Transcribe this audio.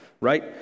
right